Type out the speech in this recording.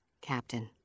captain